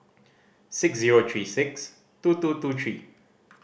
six zero three six two two two three